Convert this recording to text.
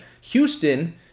Houston